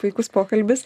puikus pokalbis